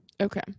Okay